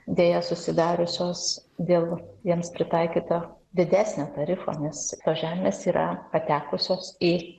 deja susidariusios dėl jiems pritaikyta didesnio tarifo nes tos žemės yra patekusios į